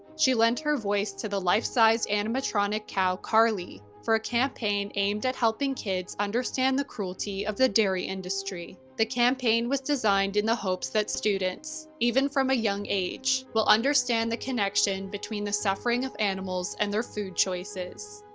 she lent her voice to the life-sized animatronic cow carly for a campaign aimed at helping kids understand the cruelty of the dairy industry. the campaign was designed in the hope that students, even from a young age, will understand the connection between the suffering of animals and their food choices.